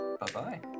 Bye-bye